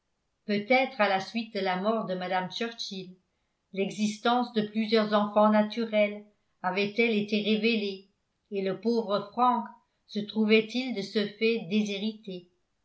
peut-être à la suite de la mort de mme churchill l'existence de plusieurs enfants naturels avait-elle été révélée et le pauvre frank se trouvait-il de ce fait déshérité